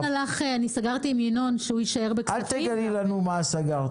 אני סגרתי עם ינון שהוא יישאר בכספים --- אל תגלי מה סגרתם.